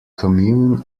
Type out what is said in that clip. commune